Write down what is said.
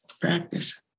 practice